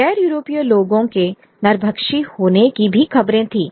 गैर यूरोपीय लोगों के नरभक्षी होने की भी खबरें थीं